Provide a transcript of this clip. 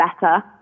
better